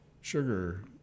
sugar